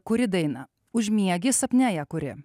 kuri dainą užmiegi sapne ją kuri